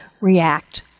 react